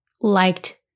liked